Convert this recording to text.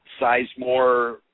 Sizemore